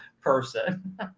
person